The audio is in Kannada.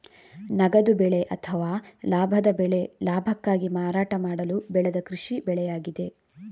ನಗದು ಬೆಳೆ ಅಥವಾ ಲಾಭದ ಬೆಳೆ ಲಾಭಕ್ಕಾಗಿ ಮಾರಾಟ ಮಾಡಲು ಬೆಳೆದ ಕೃಷಿ ಬೆಳೆಯಾಗಿದೆ